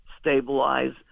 stabilize